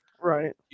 right